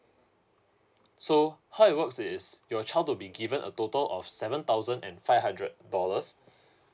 so how it works is your child to be given a total of seven thousand and five hundred dollars